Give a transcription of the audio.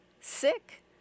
Sick